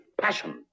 passion